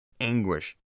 anguish